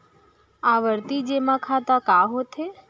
आवर्ती जेमा खाता का होथे?